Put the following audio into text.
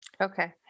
okay